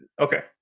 okay